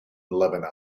lebanon